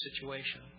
situation